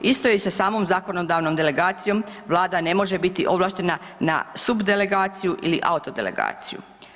Isto i sa samom zakonodavnom delegacijom Vlada ne može biti ovlaštena na subdelegaciju ili autodelegaciju.